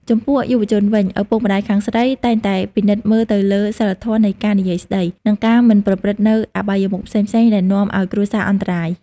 ចំពោះយុវជនវិញ ឪពុកម្ដាយខាងស្រីតែងតែពិនិត្យមើលទៅលើ "សីលធម៌នៃការនិយាយស្តី" និងការមិនប្រព្រឹត្តនូវអបាយមុខផ្សេងៗដែលនាំឱ្យគ្រួសារអន្តរាយ។